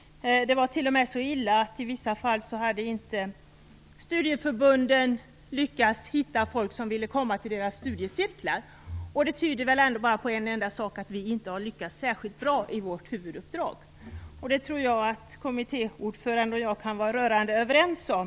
Det var t.o.m. så illa att studieförbunden i vissa fall inte hade lyckats hitta folk som ville komma till deras studiecirklar. Det tyder väl bara på en enda sak, att vi inte har lyckats särskilt bra i vårt huvuduppdrag. Det tror jag att kommittéordföranden och jag kan vara rörande överens om.